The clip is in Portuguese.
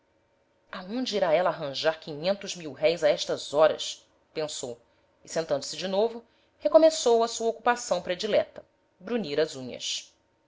aonde irá ela arranjar quinhentos mil-réis a estas horas pensou e sentando-se de novo recomeçou a sua ocupação predileta brunir as unhas